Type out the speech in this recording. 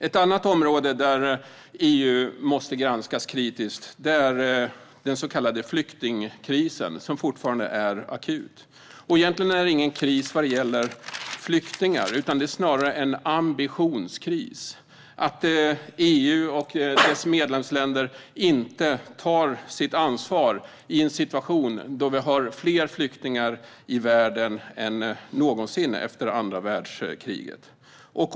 Ett annat område där EU måste granskas kritiskt gäller den så kallade flyktingkrisen som fortfarande är akut. Egentligen är det ingen kris när det gäller flyktingar. Det är snarare en ambitionskris att EU och dess medlemsländer inte tar sitt ansvar i en situation då vi har fler flyktingar i världen än någonsin efter andra världskriget.